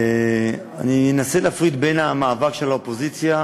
אני אנסה להפריד בין המאבק של האופוזיציה